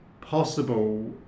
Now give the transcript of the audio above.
possible